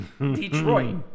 Detroit